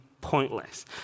pointless